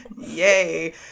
yay